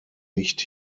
nicht